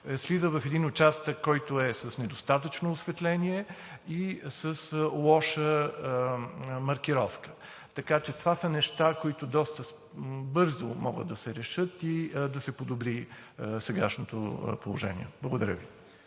слиза в един участък с недостатъчно осветление и с лоша маркировка. Това са неща, които доста бързо могат да се решат и да се подобри сегашното положение. Благодаря Ви.